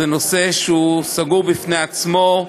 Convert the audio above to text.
זה נושא סגור בפני עצמו,